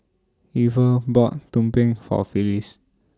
Iver bought Tumpeng For Phylis